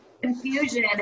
Confusion